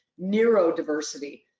neurodiversity